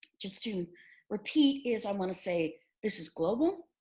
just to repeat is i want to say this is global.